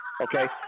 Okay